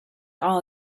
all